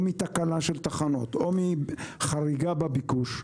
תקלה של תחנות או חריגה בביקוש,